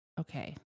okay